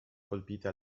colpite